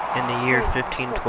in the year